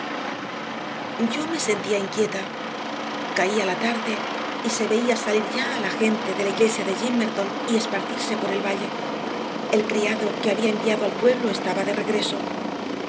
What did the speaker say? yo me sentía inquieta caía la tarde y se veía salir ya a la gente de la iglesia de gimmerton y esparcirse por el valle el criado que había enviado al pueblo estaba de regreso